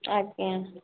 ଆଜ୍ଞା